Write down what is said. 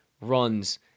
runs